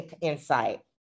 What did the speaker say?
insight